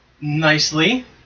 nicely